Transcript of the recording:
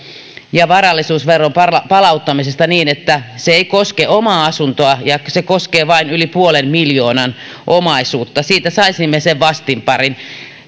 ja varallisuusveron palauttamisesta niin että se ei koske omaa asuntoa ja se koskee vain yli puolen miljoonan omaisuutta siitä saisimme sen vastinparin